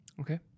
okay